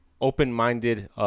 open-minded